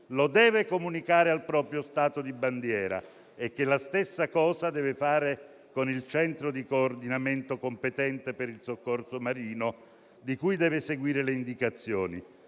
lo deve comunicare al proprio Stato di bandiera e che la stessa cosa deve fare con il centro di coordinamento competente per il soccorso marino, di cui deve seguire le indicazioni.